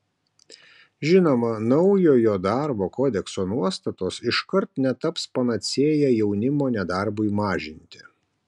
žinoma naujojo darbo kodekso nuostatos iškart netaps panacėja jaunimo nedarbui mažinti